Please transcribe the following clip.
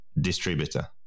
distributor